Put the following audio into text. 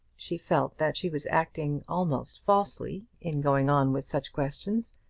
she felt that she was acting almost falsely in going on with such questions,